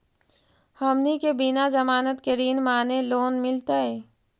हमनी के बिना जमानत के ऋण माने लोन मिलतई?